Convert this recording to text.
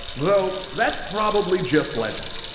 though that's probably just legend.